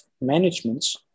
managements